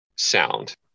sound